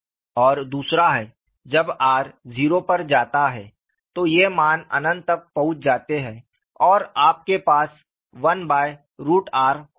और दूसरा है जब r 0 पर जाता है तो ये मान अनंत तक पहुंच जाते हैं और आपके पास 1r होता है